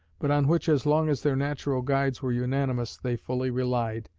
but on which as long as their natural guides were unanimous they fully relied,